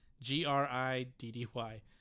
g-r-i-d-d-y